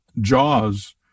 jaws